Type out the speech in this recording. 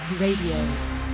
Radio